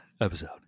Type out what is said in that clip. episode